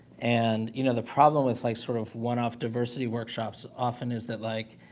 and, you know, the problem with, like, sort of one-off diversity workshops often is that, like,